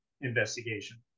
investigation